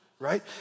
right